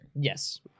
Yes